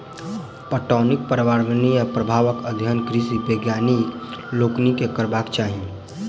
पटौनीक पर्यावरणीय प्रभावक अध्ययन कृषि वैज्ञानिक लोकनि के करबाक चाही